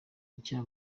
nshya